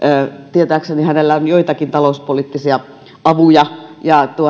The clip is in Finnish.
tietääkseni hänellä on joitakin talouspoliittisia avuja ja